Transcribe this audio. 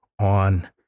on